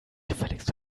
gefälligst